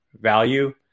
value